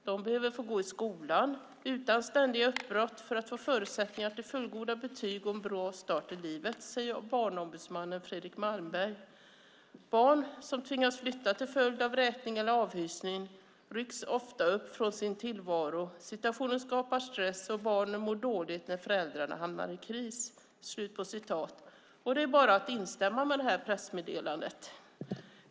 De behöver få gå i skolan utan ständiga uppbrott för att få förutsättningar till fullgoda betyg och en bra start i livet, säger barnombudsman Fredrik Malmberg. Barn som tvingas flytta till följd av vräkning eller avhysning rycks ofta upp från hela sin tillvaro. Situationen skapar stress och barnen mår dåligt när föräldrarna hamnar i kris." Det är bara att instämma i detta pressmeddelande.